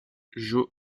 joe